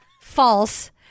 false